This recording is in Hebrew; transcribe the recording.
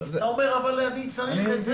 אתה אומר: אבל אני צריך את זה